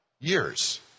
years